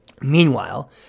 Meanwhile